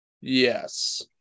Yes